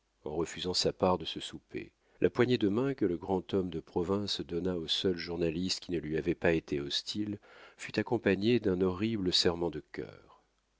refusant sa part de ce souper la poignée de main que le grand homme de province donna au seul journaliste qui ne lui avait pas été hostile fut accompagnée d'un horrible serrement de cœur